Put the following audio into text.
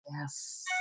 Yes